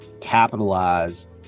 capitalize